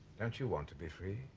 don't you want to be free?